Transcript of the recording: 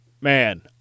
man